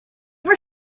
were